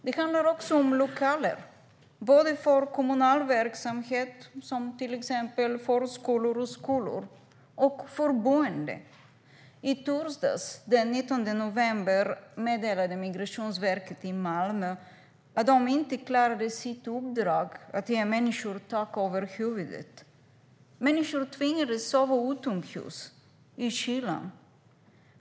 Det handlar om lokaler, både för kommunal verksamhet som till exempel förskolor och skolor och för boende. I torsdags, den 19 november, meddelade Migrationsverket i Malmö att man inte klarade sitt uppdrag att ge människor tak över huvudet. Människor tvingades att sova utomhus i kylan.